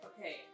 Okay